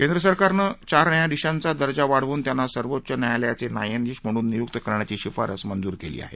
केन्द्र सरकारने चार न्यायाधीशांचा दर्जा वाढवून त्यांना सर्वोच्च न्यायालयाचे न्यायाधीश म्हणून नियुक्त करण्याची शिफारस मंजूर केली आहे